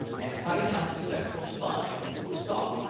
and cutting out the central spine or stalk,